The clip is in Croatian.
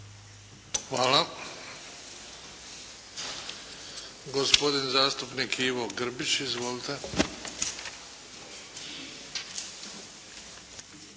Hvala. Gospodin zastupnik Ivo Grbić. Izvolite!